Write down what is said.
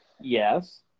Yes